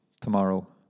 Tomorrow